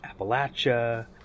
Appalachia